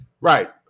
Right